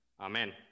Amen